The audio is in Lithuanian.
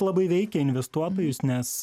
labai veikia investuotojus nes